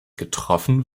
getroffen